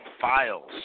files –